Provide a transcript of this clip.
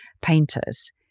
painters